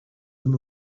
them